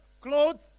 clothes